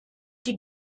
die